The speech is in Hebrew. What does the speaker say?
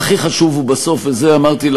תראה מה אנגלה מרקל אומרת על ראש הממשלה.